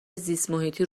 زیستمحیطی